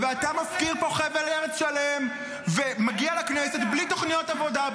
--- אתה מפקיר פה חבל ארץ שלם ומגיע לכנסת בלי תוכניות עבודה,